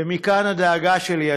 ומכאן הדאגה שלי,